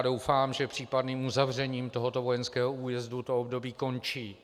Doufám, že případným uzavřením tohoto vojenského újezdu toto období končí.